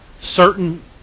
certain